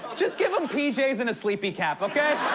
just give him pjs and a sleepy cap, okay?